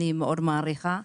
אני מאוד זאת מעריכה,